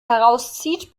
herauszieht